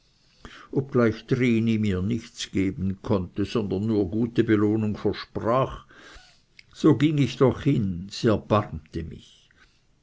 obgleich trini mir nichts geben konnte sondern nur gute belohnung versprach so ging ich doch hin sie erbarmte mich